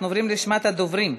אנחנו עוברים לרשימת הדוברים.